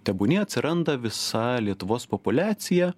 tebūnie atsiranda visa lietuvos populiacija